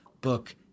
book